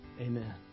Amen